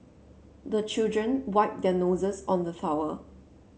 the children wipe their noses on the towel